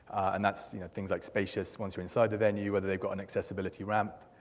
and that's things like spacious, once you're inside the venue, whether they've got an accessibility ramp,